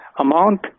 amount